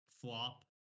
flop